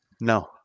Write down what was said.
No